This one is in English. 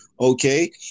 okay